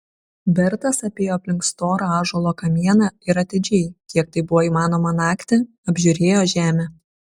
bertas apėjo aplink storą ąžuolo kamieną ir atidžiai kiek tai buvo įmanoma naktį apžiūrėjo žemę